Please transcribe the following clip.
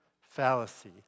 fallacy